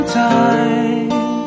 time